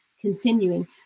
continuing